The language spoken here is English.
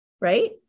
right